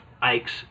Ike's